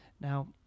Now